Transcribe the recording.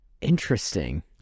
interesting